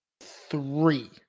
Three